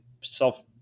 self